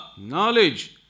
knowledge